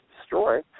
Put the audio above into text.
destroy